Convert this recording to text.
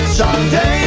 someday